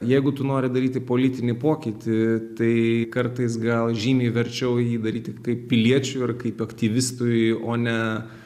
jeigu tu nori daryti politinį pokytį tai kartais gal žymiai verčiau jį daryti kaip piliečiui ir kaip aktyvistui o ne